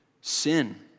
sin